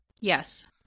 Yes